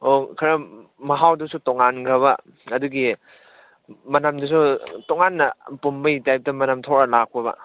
ꯑꯣ ꯈꯔ ꯃꯍꯥꯎꯗꯨꯁꯨ ꯇꯣꯉꯥꯟꯒ꯭ꯔꯕ ꯑꯗꯨꯒꯤ ꯃꯅꯝꯗꯨꯁꯨ ꯇꯣꯉꯥꯟꯅ ꯄꯨꯝꯕꯩ ꯇꯥꯏꯞꯇ ꯃꯅꯝ ꯊꯣꯛꯑ ꯂꯥꯛꯈ꯭ꯔꯕ